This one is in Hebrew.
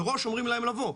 מראש אומרים להם לבוא.